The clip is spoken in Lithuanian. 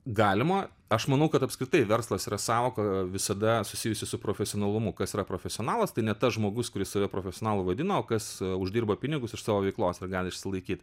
galima aš manau kad apskritai verslas yra sąvoka visada susijusi su profesionalumu kas yra profesionalas tai ne tas žmogus kuris save profesionalu vadina o kas uždirba pinigus iš savo veiklos ir gali išsilaikyt